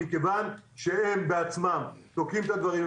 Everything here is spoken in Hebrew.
מכיוון שהם בעצמם תוקעים את הדברים.